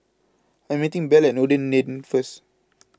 I Am meeting Belle Noordin Lane First